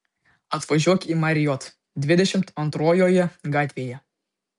atvažiuok į marriott dvidešimt antrojoje gatvėje